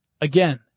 again